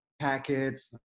packets